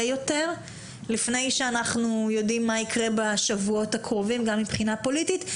יותר לפני שאנחנו יודעים מה יקרה בשבועות הקרובים גם מבחינה פוליטית,